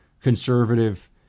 conservative